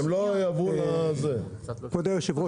כבוד היושב-ראש,